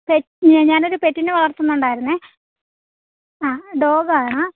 പെ ഞാനൊരു പെറ്റിനെ വളർത്തുന്നുണ്ടായിരുന്നേ ആ ഡോഗ് ആണ്